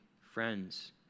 friends